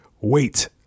Wait